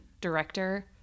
director